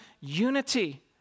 unity